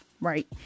right